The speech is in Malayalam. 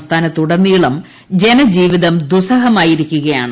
സംസ്ഥാനത്തുടനീളം ജനജീവിതം ദുഃസ്സഹമായിരിക്കുകയാണ്